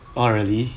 oh really